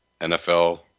NFL